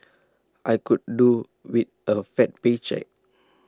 I could do with A fat paycheck